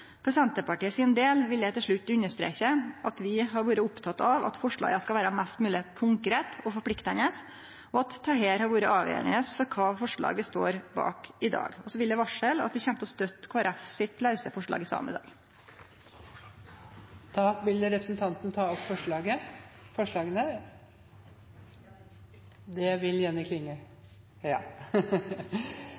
For Senterpartiets del vil eg til slutt understreke at vi har vore opptekne av at forslaga skal vere mest mogleg konkrete og forpliktande, og at dette har vore avgjerande for kva forslag vi står bak i dag. Eg tek opp dei forslaga Senterpartiet er ein del av, og eg vil varsle at vi kjem til å støtte forslag nr. 4, frå Kristeleg Folkeparti. Representanten Jenny Klinge har tatt opp